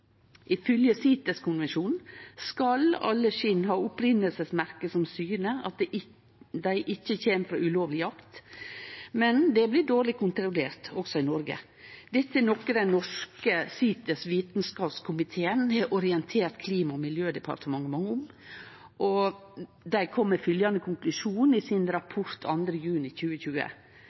skal alle skinn ha opphavsmerke som syner at dei ikkje kjem av ulovleg jakt, men det blir dårleg kontrollert – også i Noreg. Dette er noko det norske CITES, ved Vitenskapskomiteen, har orientert Klima- og miljødepartementet om, og dei kom med fylgjande konklusjon i sin rapport 2. juni 2020: